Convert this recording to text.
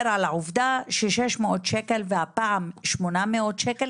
על העובדה ש-600 שקלים והפעם 800 שקלים